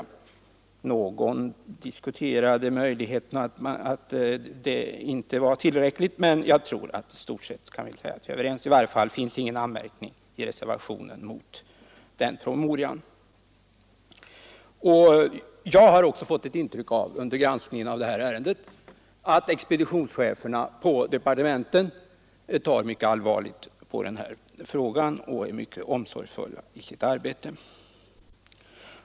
Någon har menat att detta möjligen inte skulle vara tillräckligt, men jag tror att vi i stort sett kan vara överens. I varje fall finns det i reservationen N ingen anmärkning mot promemorian. Jag har också under granskningen av det här ärendet fått ett intryck av att expeditionscheferna i departementen tar mycket allvarligt på frågan och är ytterst omsorgsfulla i sitt arbete.